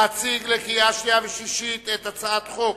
להציג לקריאה שנייה ולקריאה שלישית את הצעת חוק